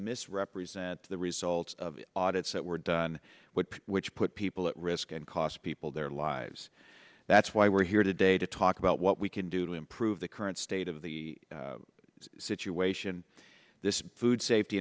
misrepresent the results of audits that were done which put people at risk and cost people their lives that's why we're here today to talk about what we can do to improve the current state of the situation this food safety